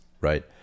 right